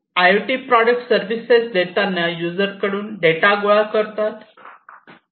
I O T products services देताना युजर्सकडून data गोळा करतात